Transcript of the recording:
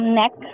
neck